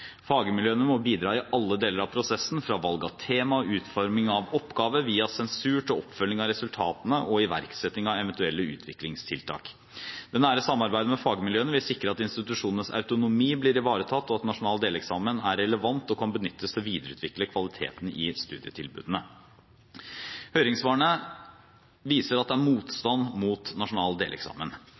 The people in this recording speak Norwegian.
Fagmiljøene må bidra i alle deler av prosessen, fra valg av tema og utforming av oppgave via sensur til oppfølging av resultatene og iverksetting av eventuelle utviklingstiltak. Det nære samarbeidet med fagmiljøene vil sikre at institusjonenes autonomi blir ivaretatt, og at nasjonal deleksamen er relevant og kan benyttes til å videreutvikle kvaliteten i studietilbudene. Høringssvarene viser at det er motstand mot nasjonal deleksamen.